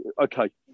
okay